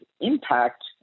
impact